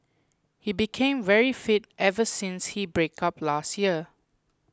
he became very fit ever since his breakup last year